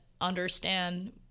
understand